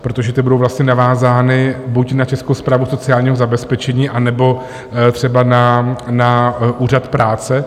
Protože ta budou navázána buď na Českou správu sociálního zabezpečení, anebo třeba na úřad práce.